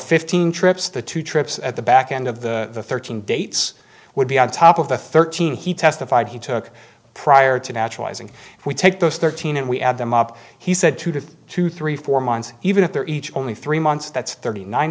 fifteen trips the two trips at the back end of the thirteen dates would be on top of the thirteen he testified he took prior to naturalize and we take those thirteen and we add them up he said two to two three four months even if they're each only three months that's thirty nine